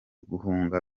guhunga